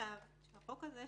עכשיו החוק הזה,